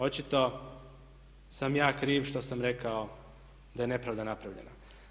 Očito sam ja kriv što sam rekao da je nepravda napravljena.